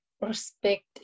respect